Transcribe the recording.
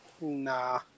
Nah